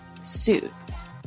Suits